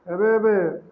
ଏବେ ଏବେ